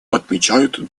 отмечает